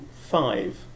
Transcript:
five